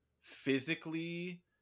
Physically